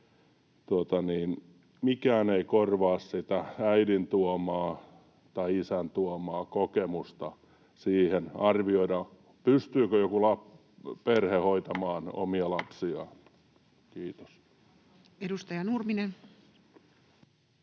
mikään ei korvaa sitä äidin tuomaa tai isän tuomaa kokemusta, kun arvioidaan, pystyykö joku perhe hoitamaan omia lapsiaan. — Kiitos. Edustaja Nurminen.